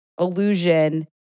illusion